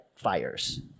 Fires